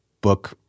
book